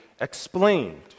explained